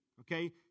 okay